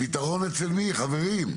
הפתרון אצל מי, חברים?